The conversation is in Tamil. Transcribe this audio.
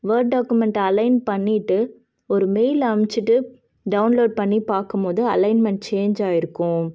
வேர்ட் டாக்குமெண்ட் அலைன் பண்ணிட்டு ஒரு மெயில் அனுப்ச்சுட்டு டவுன்லோட் பண்ணி பார்க்கும் போது அலைன்மெண்ட் சேஞ்ச் ஆகிருக்கும்